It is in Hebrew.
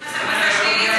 יש מס הכנסה שלילי.